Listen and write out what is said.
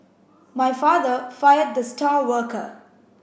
my father fired the star worker